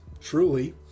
Truly